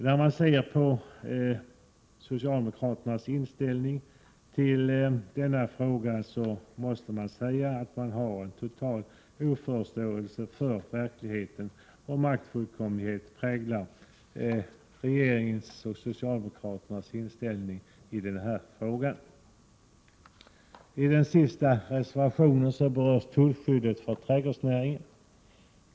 När man ser på socialdemokraternas inställning till denna fråga, finner man att de har en total oförståelse för verkligheten. Maktfullkomlighet präglar regeringens och socialdemokraternas inställning i denna fråga. I den sista reservationen berörs tullskyddet för trädgårdsnäringen.